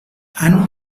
han